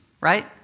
right